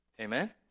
amen